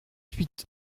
huit